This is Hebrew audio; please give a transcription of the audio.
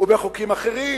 ובחוקים אחרים